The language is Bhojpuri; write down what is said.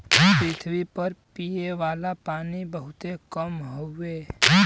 पृथवी पर पिए वाला पानी बहुत कम हउवे